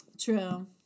true